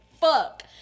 fuck